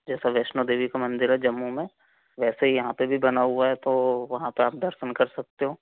जैसावैष्णो देवी का मंदिर है जम्मू में वैसे ही यहाँ पर भी बना हुआ है तो वहाँ पर आप दर्शन कर सकते हो